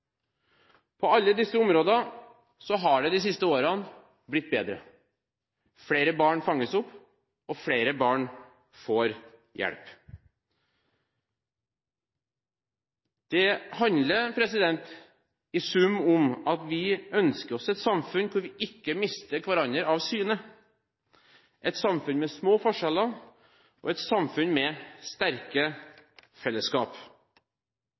På alle disse områdene har det de siste årene blitt bedre. Flere barn fanges opp, og flere barn får hjelp. Det handler i sum om at vi ønsker oss et samfunn der vi ikke mister hverandre av syne, et samfunn med små forskjeller og et samfunn med sterke fellesskap.